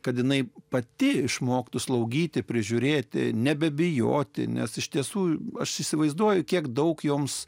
kad jinai pati išmoktų slaugyti prižiūrėti nebebijoti nes iš tiesų aš įsivaizduoju kiek daug joms